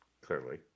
Clearly